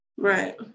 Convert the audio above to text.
Right